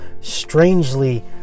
strangely